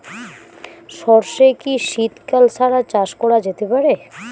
সর্ষে কি শীত কাল ছাড়া চাষ করা যেতে পারে?